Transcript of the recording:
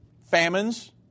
famines